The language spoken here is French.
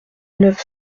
neuf